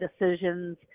decisions